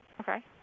Okay